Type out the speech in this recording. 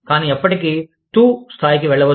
కానీ ఎప్పటికీ TU స్థాయికి వెళ్లవద్దు